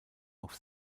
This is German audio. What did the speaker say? auf